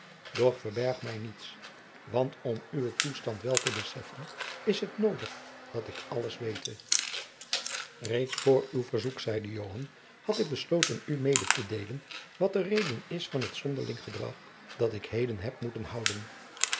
doch verberg mij niets want om uwen toestand wel te beseffen is het noodig dat ik alles wete reeds voor uw verzoek zeide joan had ik besloten u mede te deelen wat de reden is van het zonderling gedrag dat ik heden heb moeten houden